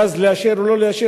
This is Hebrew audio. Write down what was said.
ואז לאשר או לא לאשר,